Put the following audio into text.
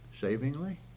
savingly